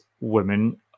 women